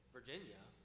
Virginia